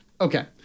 Okay